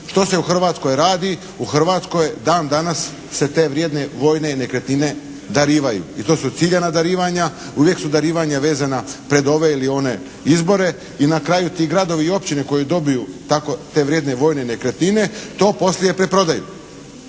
Što se u Hrvatskoj radi? U Hrvatskoj dan danas se te vrijedne vojne nekretnine darivaju i to su ciljana darivanja. Uvijek su darivanja vezana pred ove ili one izbore i na kraju ti gradovi i općine koji dobiju te vrijedne vojne nekretnine, to poslije preprodaju,